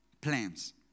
plans